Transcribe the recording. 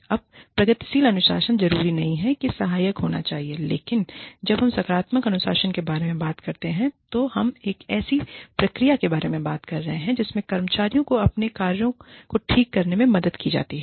अब प्रगतिशील अनुशासन जरूरी नहीं है कि सहायक होना चाहिए लेकिन जब हम सकारात्मक अनुशासन के बारे में बात करते हैं तो हम एक ऐसी प्रक्रिया के बारे में बात कर रहे हैं जिसमें कर्मचारियों को अपने कार्यों को ठीक करने में मदद की जाती है